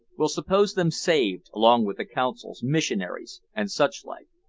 we'll suppose them saved, along with the consuls, missionaries, and such-like.